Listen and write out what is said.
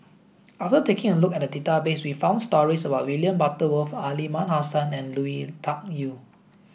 after taking a look at the database we found stories about William Butterworth Aliman Hassan and Lui Tuck Yew